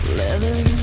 leather